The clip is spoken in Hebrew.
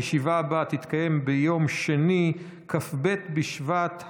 הישיבה הבאה תתקיים ביום שני, כ"ב בשבט התשפ"ב,